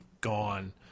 gone